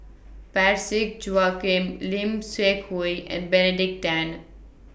Parsick Joaquim Lim Seok Hui and Benedict Tan